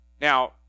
Now